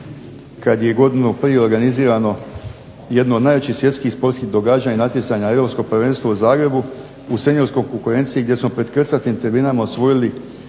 kad je godinu prije organizirano jedno od najvećih svjetskih sportskih događanja i natjecanja Europsko prvenstvo u Zagrebu u seniorskoj konkurenciji gdje smo pred krcatim tribinama osvojili